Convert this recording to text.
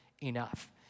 enough